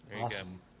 Awesome